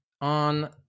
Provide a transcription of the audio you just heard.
on